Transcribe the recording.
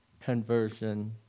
conversion